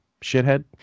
shithead